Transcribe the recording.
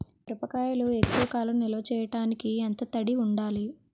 మిరపకాయ ఎక్కువ కాలం నిల్వ చేయటానికి ఎంత తడి ఉండాలి?